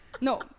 No